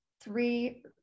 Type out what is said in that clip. three